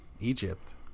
Egypt